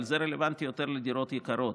אבל זה רלוונטי יותר לדירות יקרות.